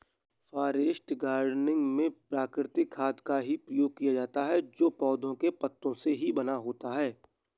forest gardening में प्राकृतिक खाद का ही प्रयोग किया जाता है जो पौधों के पत्तों से ही बना होता है